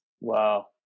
Wow